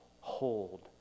hold